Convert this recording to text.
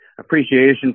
appreciation